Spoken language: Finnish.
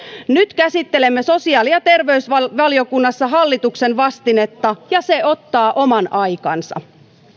nyt käsittelemme sosiaali ja terveysvaliokunnassa hallituksen vastinetta ja se ottaa oman aikansa